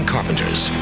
Carpenter's